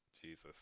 Jesus